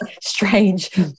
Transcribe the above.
strange